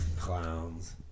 clowns